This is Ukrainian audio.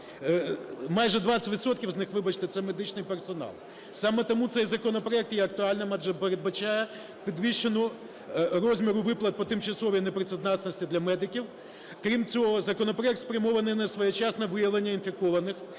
відсотків з них, вибачте, це медичний персонал. Саме тому цей законопроект є актуальним, адже передбачає підвищення розміру виплат по тимчасовій непрацездатності для медиків. Крім цього, законопроект спрямований на своєчасне виявлення інфікованих,